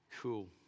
Cool